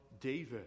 David